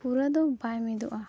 ᱯᱩᱨᱟᱹᱫᱚ ᱵᱟᱭ ᱢᱤᱫᱚᱜᱼᱟ